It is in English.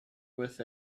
with